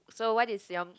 so what is your